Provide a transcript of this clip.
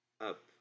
up